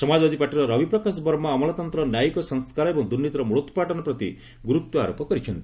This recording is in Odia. ସମାଜବାଦୀ ପାର୍ଟିର ରବି ପ୍ରକାଶ ବର୍ମା ଅମଲାତନ୍ତ୍ର ନ୍ୟାୟିକ ସଂସ୍କାର ଏବଂ ଦୂର୍ନୀତିର ମ୍ବଳୋପ୍ାଟନ ପ୍ରତି ଗୁରୁତ୍ୱଆରୋପ କରିଛନ୍ତି